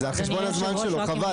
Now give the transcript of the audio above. זה על חשבון הזמן שלו, חבל.